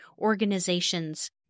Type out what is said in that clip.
organizations